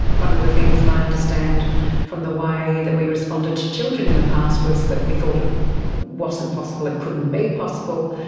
one of the things that i understand from the way that we responded to children in the past was that we thought it wasn't possible, it couldn't be possible,